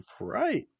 right